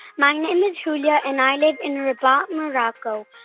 my name is julio, and i live in rabat, morocco.